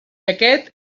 aquest